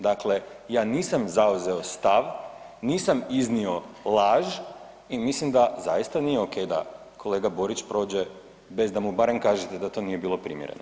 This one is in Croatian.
Dakle, ja nisam zauzeo stav, nisam iznio laž i mislim da zaista nije okej da kolega Borić prođe bez da mu barem kažete da to nije bilo primjereno.